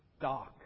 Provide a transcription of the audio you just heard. dark